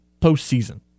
postseason